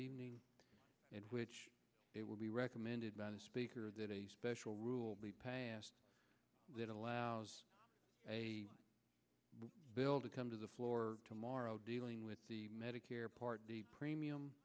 see in which it will be recommended by the speaker that a special rule be passed that allows a bill to come to the floor tomorrow dealing with the medicare part d premium